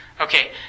Okay